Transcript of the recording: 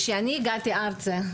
כשאני הגעתי ארצה,